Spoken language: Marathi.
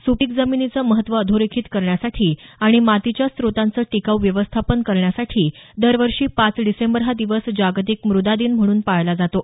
सुपीक जमिनीचं महत्त्व अधोरेखित करण्यासाठी आणि मातीच्या स्रोतांचं टिकाऊ व्यवस्थापन करण्यासाठी दरवर्षी पाच डिसेंबर हा दिवस जागतिक मृदा दिन म्हणून पाळला जातो